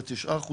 ל-9%.